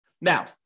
Now